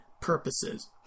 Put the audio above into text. purposes